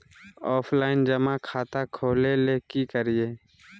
Offline जमा खाता खोले ले की करिए?